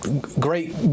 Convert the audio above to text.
great